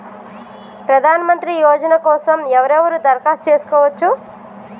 ప్రధానమంత్రి యోజన కోసం ఎవరెవరు దరఖాస్తు చేసుకోవచ్చు?